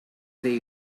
they